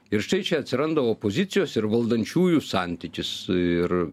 ir štai čia atsiranda opozicijos ir valdančiųjų santykis ir